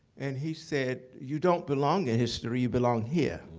and he said, you don't belong in history. you belong here.